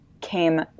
came